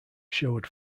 sherwood